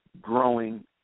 growing